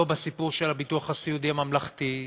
לא בסיפור של הביטוח הסיעודי הממלכתי,